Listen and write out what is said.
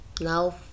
now